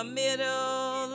middle